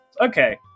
okay